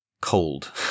cold